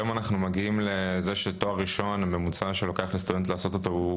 היום אנחנו מגיעים לזה שלוקח בממוצע לסטודנט לעשות תואר